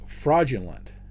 fraudulent